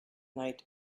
night